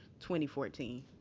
2014